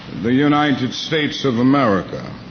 the united states of america